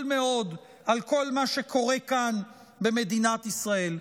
מאוד על כל מה שקורה כאן במדינת ישראל.